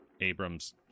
Abrams